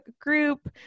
group